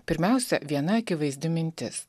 pirmiausia viena akivaizdi mintis